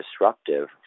disruptive